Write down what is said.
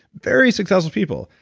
very successful people,